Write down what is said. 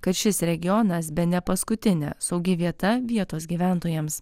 kad šis regionas bene paskutinė saugi vieta vietos gyventojams